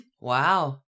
Wow